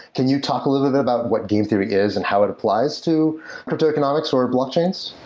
can you talk a little bit about what game theory is and how it applies to cryptoeconomics or blockchains?